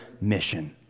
mission